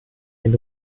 den